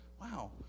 wow